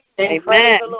Amen